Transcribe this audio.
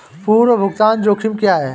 पूर्व भुगतान जोखिम क्या हैं?